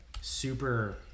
super